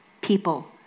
people